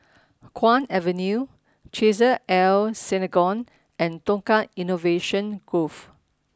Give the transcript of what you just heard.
Kwong Avenue Chesed El Synagogue and Tukang Innovation Grove